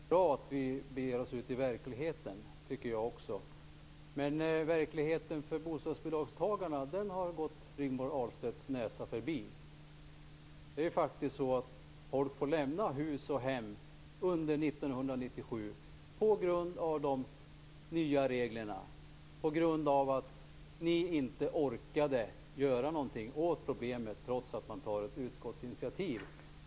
Fru talman! Rigmor Ahlstedt tycker att det är bra att vi beger oss ut i verkligheten. Det tycker jag också. Men verkligheten för bostadsbidragstagarna har gått Rigmor Ahlstedts näsa förbi. Folk tvingas faktiskt lämna hus och hem under 1997 på grund av de nya reglerna och på grund av att ni inte orkade göra någonting åt problemet, trots ett utskottsinitiativ.